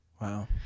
wow